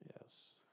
Yes